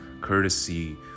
courtesy